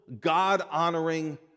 God-honoring